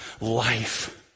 life